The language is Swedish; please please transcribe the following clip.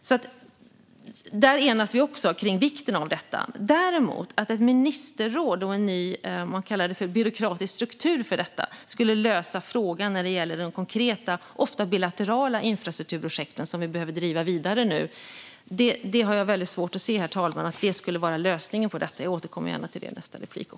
Vi kan enas om vikten av detta. Däremot, herr talman, har jag väldigt svårt att se att ett ministerråd och en ny byråkratisk struktur, som man kallar det, skulle lösa frågorna om de konkreta, ofta bilaterala, infrastrukturprojekt som vi nu behöver driva vidare. Jag återkommer gärna till det i mitt nästa inlägg.